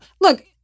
look